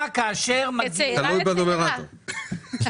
תלוי בנומרטור.